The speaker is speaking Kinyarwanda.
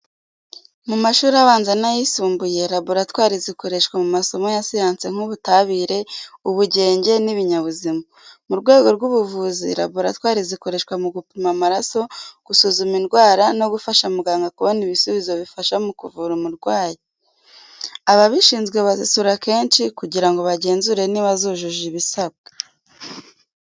Mu mashuri abanza n'ayisumbuye, laboratwari zikoreshwa mu masomo ya siyansi nk'ubutabire, ubugenge, n'ibinyabuzima. Mu rwego rw'ubuvuzi, laboratwari zikoreshwa mu gupima amaraso, gusuzuma indwara, no gufasha muganga kubona ibisubizo bifasha mu kuvura umurwayi. Ababishizwe bazisura kenshi kugira ngo bagenzure niba zujuje ibisabwa.